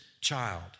child